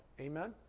Amen